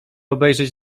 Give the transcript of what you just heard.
obejrzeć